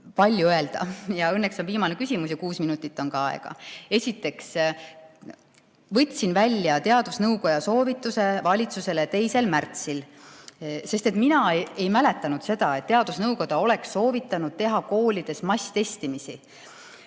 palju öelda. Õnneks on viimane küsimus ja kuus minutit on aega. Esiteks võtsin välja teadusnõukoja soovituse valitsusele 2. märtsil, sest mina ei mäletanud, et teadusnõukoda oleks soovitanud teha koolides masstestimisi.